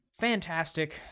fantastic